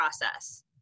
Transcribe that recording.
process